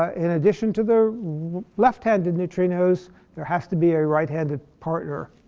ah in addition to the left-handed neutrinos there has to be a right-handed partner.